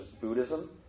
Buddhism